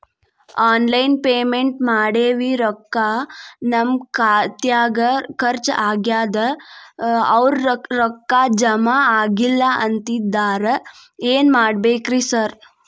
Online payment ಮಾಡೇವಿ ರೊಕ್ಕಾ ನಮ್ ಖಾತ್ಯಾಗ ಖರ್ಚ್ ಆಗ್ಯಾದ ಅವ್ರ್ ರೊಕ್ಕ ಜಮಾ ಆಗಿಲ್ಲ ಅಂತಿದ್ದಾರ ಏನ್ ಮಾಡ್ಬೇಕ್ರಿ ಸರ್?